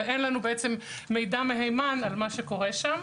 ואין לנו מידע מהימן על מה שקורה שם.